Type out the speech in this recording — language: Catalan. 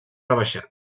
rebaixat